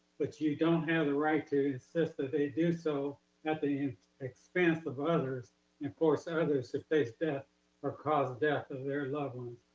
but you don't have the right to insist that they do so at the and expense of others and for some others to face death or cause the death of their loved ones.